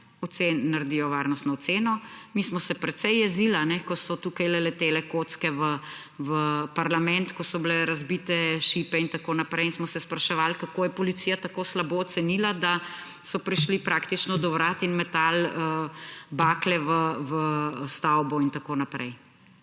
imajo. Naredijo varnostno oceno. Mi smo se precej jezili, ko so tukaj letele kocke v parlament, ko so bile razbite šipe in tako naprej, in smo se spraševali, kako je policija tako slabo ocenila, da so prišli praktično do vrat in metali bakle v stavbo in tako naprej.